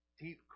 Deep